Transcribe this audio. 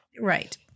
Right